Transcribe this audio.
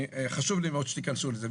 וחשוב לי מאוד שתיכנסו לזה.